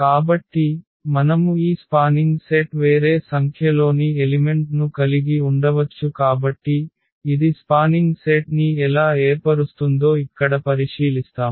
కాబట్టి మనము ఈ స్పానింగ్ సెట్ వేరే సంఖ్యలోని ఎలిమెంట్ ను కలిగి ఉండవచ్చు కాబట్టి ఇది స్పానింగ్ సెట్ ని ఎలా ఏర్పరుస్తుందో ఇక్కడ పరిశీలిస్తాము